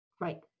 Right